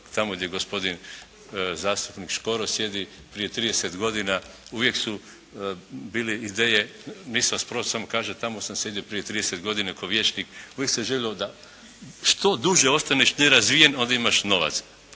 tamo gdje gospodin zastupnik Škoro sjedi, prije 30 godina, uvijek su bile ideje … Nisam vas prozvao, samo kažem tamo sam sjedio prije 30 godina kao vijećnik. Uvijek sam želio da što duže ostaneš nerazvijen, ali da imaš novaca.